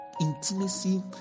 intimacy